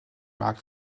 markt